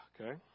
Okay